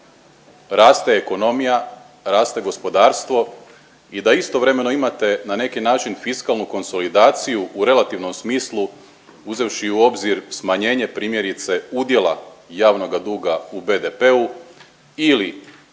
raste ekonomija, raste gospodarstvo i da istovremeno imate na neki način fiskalnu konsolidaciju u relativnom smislu uzevši u obzir smanjenje primjerice udjela javnoga duga u BDP-u ili